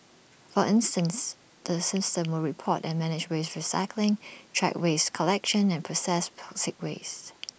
for instance the system will report and manage waste recycling track waste collection and processed toxic waste